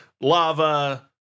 lava